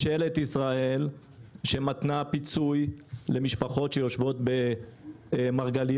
של ממשלת ישראל שמתנה פיצוי למשפחות שיושבות במרגליות,